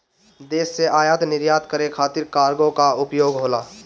देश से आयात निर्यात करे खातिर कार्गो कअ उपयोग होला